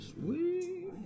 Sweet